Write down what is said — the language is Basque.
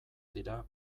dira